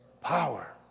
power